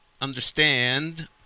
understand